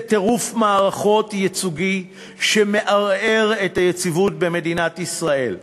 זה טירוף מערכות ייצוגי שמערער את היציבות במדינת ישראל.